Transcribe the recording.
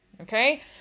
Okay